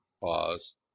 Pause